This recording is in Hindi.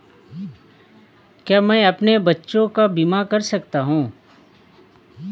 क्या मैं अपने बच्चों का बीमा करा सकता हूँ?